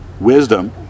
Wisdom